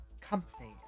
company